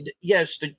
yes